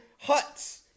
huts